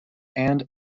and